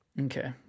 Okay